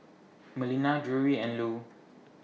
Melina Drury and Lew